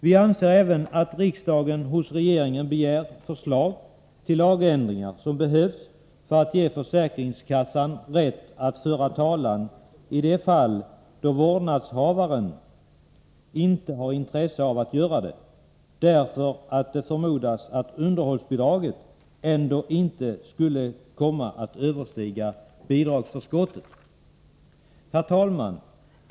Vi anser även att riksdagen hos regeringen bör begära förslag till lagändringar som behövs för att ge försäkringskassan rätt att föra talan i de fall då vårdnadshavaren inte har intresse av att göra detta, därför att det förmodas att underhållsbidraget ändå inte skall komma att överstiga bidragsförskottet. Herr talman!